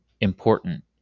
important